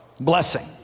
Blessing